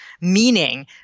Meaning